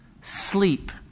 sleep